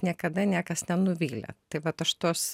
niekada niekas nenuvylė tai vat aš tos